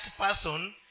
person